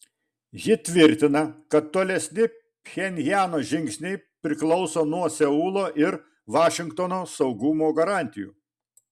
ji tvirtina kad tolesni pchenjano žingsniai priklauso nuo seulo ir vašingtono saugumo garantijų